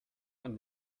man